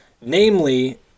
Namely